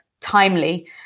timely